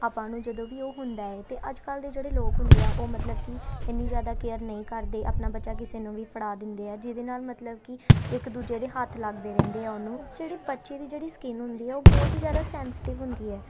ਆਪਾਂ ਨੂੰ ਜਦੋਂ ਵੀ ਉਹ ਹੁੰਦਾ ਹੈ ਅਤੇ ਅੱਜ ਕੱਲ੍ਹ ਦੇ ਜਿਹੜੇ ਲੋਕ ਹੁੰਦੇ ਆ ਉਹ ਮਤਲਬ ਕਿ ਇੰਨੀ ਜ਼ਿਆਦਾ ਕੇਅਰ ਨਹੀਂ ਕਰਦੇ ਆਪਣਾ ਬੱਚਾ ਕਿਸੇ ਨੂੰ ਵੀ ਫੜਾ ਦਿੰਦੇ ਆ ਜਿਹਦੇ ਨਾਲ ਮਤਲਬ ਕਿ ਇੱਕ ਦੂਜੇ ਦੇ ਹੱਥ ਲੱਗਦੇ ਰਹਿੰਦੇ ਆ ਉਹਨੂੰ ਜਿਹੜੀ ਬੱਚੇ ਦੀ ਜਿਹੜੀ ਸਕਿਨ ਹੁੰਦੀ ਆ ਉਹ ਬਹੁਤ ਹੀ ਜ਼ਿਆਦਾ ਸੈਂਸਟਿਵ ਹੁੰਦੀ ਹੈ